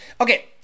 Okay